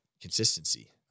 consistency